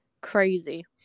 crazy